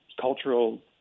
cultural